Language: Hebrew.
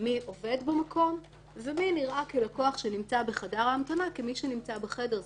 מי עובד במקום ומי נראה לקוח שנמצא בחדר ההמתנה כמי שנמצא בחדר.